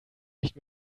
nicht